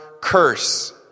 curse